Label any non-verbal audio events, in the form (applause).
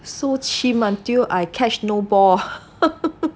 so chim until I catch no ball (laughs)